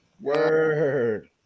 word